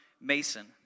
Mason